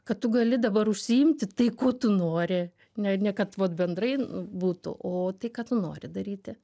kad tu gali dabar užsiimti tai kuo tu nori ne ne kad vat bendrai būtų o tai ką tu nori daryti